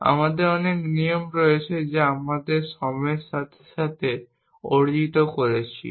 এবং আমাদের অনেক নিয়ম রয়েছে যা আমরা সময়ের সাথে সাথে অর্জিত করেছি